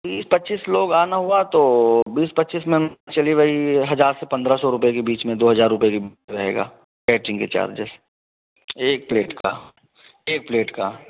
बीस पच्चीस लोग आना हुआ तो बीस पच्चीस में चलिए भई हजार से पंद्रह सौ रुपये के बीच में दो हजार रुपये रहेगा कैटरिंग के चार्जेज एक प्लेट का एक प्लेट का